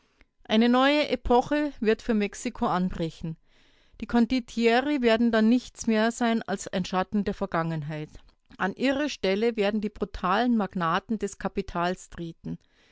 eine neue epoche wird für mexiko anbrechen die kondottieri werden dann nichts mehr sein als ein schatten der vergangenheit an ihre stelle werden die brutalen magnaten des kapitals treten